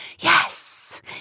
Yes